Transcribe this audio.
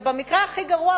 במקרה הכי גרוע,